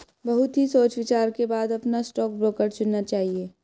बहुत ही सोच विचार के बाद अपना स्टॉक ब्रोकर चुनना चाहिए